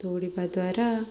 ଦୌଡ଼ିବା ଦ୍ୱାରା